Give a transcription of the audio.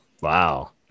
Wow